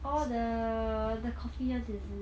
oh the the coffee [one] is it